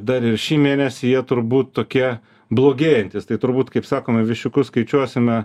dar ir šį mėnesį jie turbūt tokie blogėjantys tai turbūt kaip sakoma viščiukus skaičiuosime